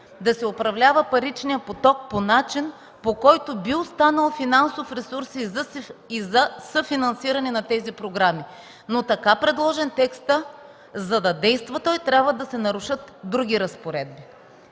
да се управлява паричният поток по начин, по който би останал финансов ресурс и за съфинансиране на тези програми. Така предложен текстът, за да действа, трябва да се нарушат други разпоредби.